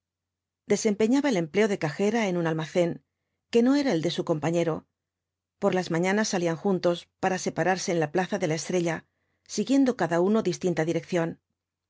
desempeñaba el empleo de cajera en un almacén que no era el de su compañero por las mañanas salían juntos para separarse en la plaza de la estrella siguiendo cada uno distinta dirección